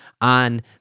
on